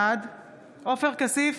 בעד עופר כסיף,